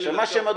מה שמך?